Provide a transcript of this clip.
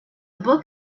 book